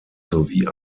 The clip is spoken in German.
sowie